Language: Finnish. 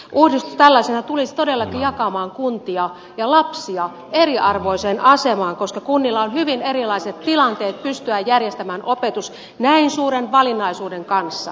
uudistus tällaisena tulisi todellakin jakamaan kuntia ja lapsia eriarvoiseen asemaan koska kunnilla on hyvin erilaiset tilanteet pystyä järjestämään opetus näin suuren valinnaisuuden kanssa